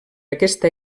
aquesta